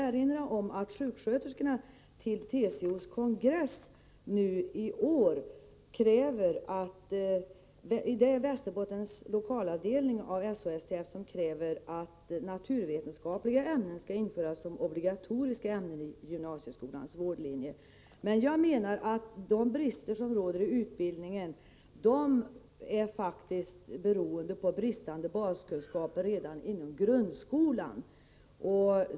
Jag vill erinra om att sjuksköterskorna inom Västerbottens lokalavdelning av SHSTF i en motion till TCO:s kongress i år kräver att naturvetenskapliga ämnen skall vara obligatoriska på gymnasieskolans vårdlinje. Jag menar emellertid att de brister som råder i utbildningen faktiskt beror på att eleverna redan i grundskolan inte fått tillräckliga baskunskaper.